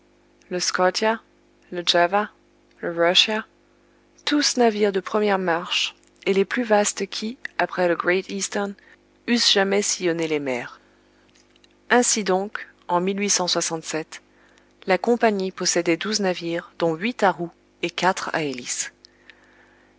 le scotia le java le russia tous navires de première marche et les plus vastes qui après le great eastern eussent jamais sillonné les mers ainsi donc en la compagnie possédait douze navires dont huit à roues et quatre à hélices